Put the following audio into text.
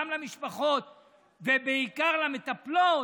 גם למשפחות ובעיקר למטפלות